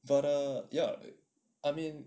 but err yup I mean